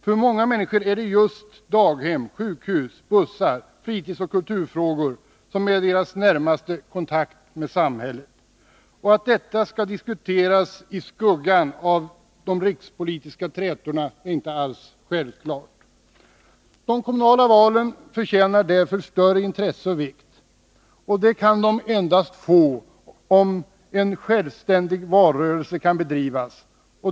För många människor är det just daghem, sjukhus, bussar, fritidsoch kulturfrågor som är deras närmaste kontakt med samhället. Att dessa frågor skall diskuteras i skuggan av de rikspolitiska trätorna är inte alls självklart. De kommunala valen har större vikt och förtjänar därför större intresse, och det kan de endast få om en självständig valrörelse kan bedrivas.